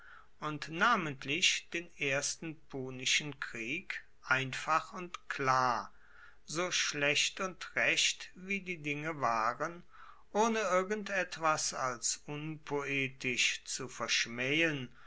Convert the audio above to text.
und namentlich den ersten punischen krieg einfach und klar so schlecht und recht wie die dinge waren ohne irgend etwas als unpoetisch zu verschmaehen